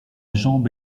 jambe